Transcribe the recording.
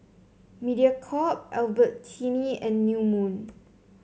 Mediacorp Albertini and New Moon